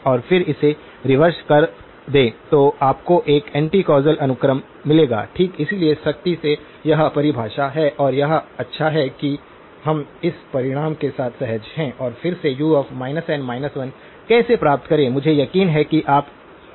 और फिर इसे रिवर्स कर दें तो आपको एक एंटी कौसल अनुक्रम मिलेगा ठीक इसलिए सख्ती से यह परिभाषा है और यह अच्छा है कि हम इस परिणाम के साथ सहज हैं और फिर से u n 1 कैसे प्राप्त करें मुझे यकीन है कि आप इससे परिचित हैं